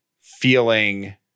feeling